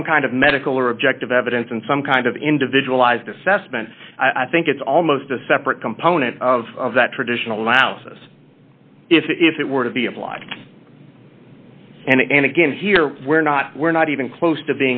some kind of medical or objective evidence and some kind of individualized assessment i think it's almost a separate component of that traditional mouse if it were to be applied and again here we're not we're not even close to